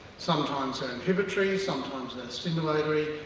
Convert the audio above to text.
sometimes and inhibitory sometimes there stimulatory.